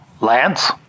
Lance